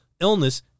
illness